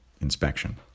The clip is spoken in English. inspection